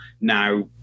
now